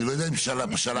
אני לא יודע אם שלחת אליהם.